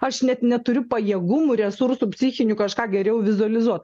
aš net neturiu pajėgumų resursų psichinių kažką geriau vizualizuot